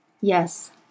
Yes